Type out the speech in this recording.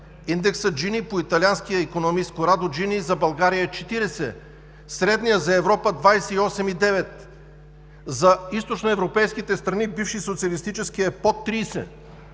Индексът на Джини, по италианския икономист Корадо Джини, за България е 40, средният за Европа –28,9; за източноевропейските страни, бивши социалистически, е под 30.